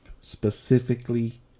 specifically